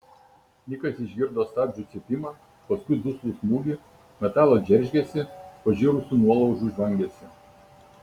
nikas išgirdo stabdžių cypimą paskui duslų smūgį metalo džeržgesį pažirusių nuolaužų žvangesį